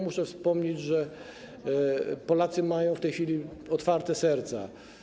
Muszę wspomnieć, że Polacy mają w tej chwili otwarte serca.